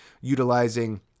utilizing